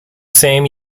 same